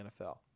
NFL